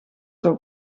del